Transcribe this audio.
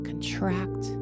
Contract